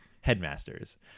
Headmasters